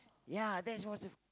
ya that's wonderful